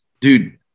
dude